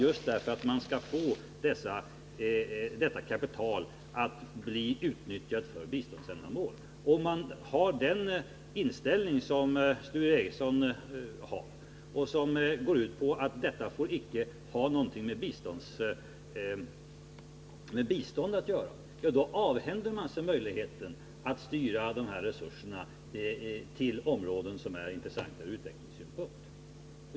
Om man har Sture Ericsons inställning, som går ut på att detta icke får ha något med bistånd att göra, avhänder man sig möjligheten att styra dessa resurser till områden som är intressanta ur utvecklingssynpunkt.